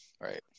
right